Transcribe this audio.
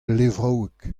levraoueg